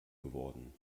geworden